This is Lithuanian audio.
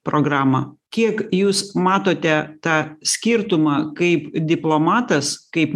programą kiek jūs matote tą skirtumą kaip diplomatas kaip